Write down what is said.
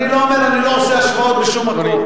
אני לא אומר, אני לא עושה השוואות בשום מקום.